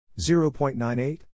0.98